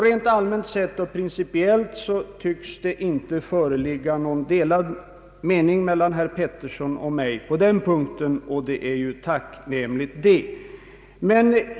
Rent allmänt och principiellt sett tycks det alltså inte föreligga någon delad mening mellan herr Pettersson och mig på den punkten, och det är ju tacknämligt.